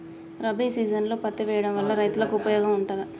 రబీ సీజన్లో పత్తి వేయడం వల్ల రైతులకు ఉపయోగం ఉంటదా?